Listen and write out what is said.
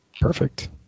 Perfect